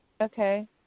Okay